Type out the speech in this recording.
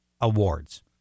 Awards